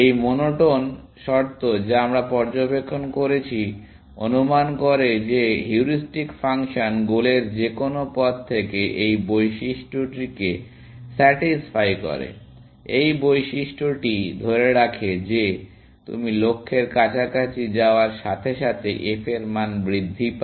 এই মনোটোন শর্ত যা আমরা পর্যবেক্ষণ করেছি অনুমান করে যে হিউরিস্টিক ফাংশন গোলের যে কোনও পথ থেকে এই বৈশিষ্ট্যটিকে স্যাটিসফাই করে এই বৈশিষ্ট্যটি ধরে রাখে যে তুমি লক্ষ্যের কাছাকাছি যাওয়ার সাথে সাথে f এর মান বৃদ্ধি পায়